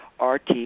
RT